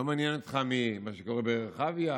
לא מעניין אותך מה שקורה ברחביה?